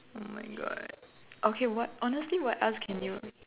oh my God okay what honestly what else can you